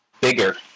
bigger